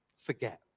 forget